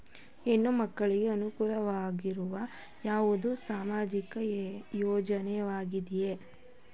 ಹೆಣ್ಣು ಮಕ್ಕಳಿಗೆ ಅನುಕೂಲವಾಗುವ ಯಾವುದೇ ಸಾಮಾಜಿಕ ಯೋಜನೆಗಳಿವೆಯೇ?